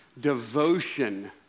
Devotion